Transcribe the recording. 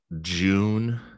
June